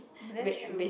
that's true